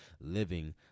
living